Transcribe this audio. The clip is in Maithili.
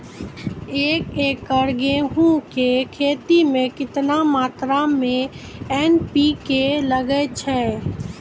एक एकरऽ गेहूँ के खेती मे केतना मात्रा मे एन.पी.के लगे छै?